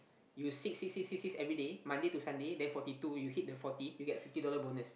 you six six six six six everyday Monday to Sunday then forty two you hit the forty you get fifty dollar bonus